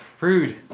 Rude